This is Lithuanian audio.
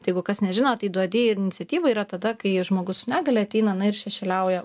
tai jeigu kas nežino tai duodei iniciatyva yra tada kai žmogus su negalia ateina na ir šešėliauja